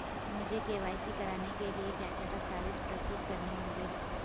मुझे के.वाई.सी कराने के लिए क्या क्या दस्तावेज़ प्रस्तुत करने होंगे?